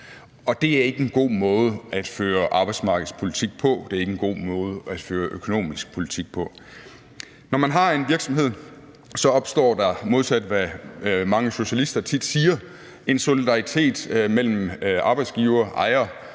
det er ikke en god måde at føre arbejdsmarkedspolitik på. Det er ikke en god måde at føre økonomisk politik på. Når man har en virksomhed, opstår der, modsat hvad mange socialister tit siger, en solidaritet mellem arbejdsgiver, ejer,